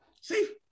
see